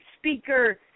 speaker